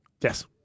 Yes